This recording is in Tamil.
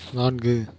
நான்கு